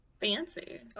Fancy